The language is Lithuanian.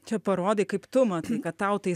čia parodai kaip tu matai kad tau tai